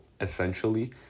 essentially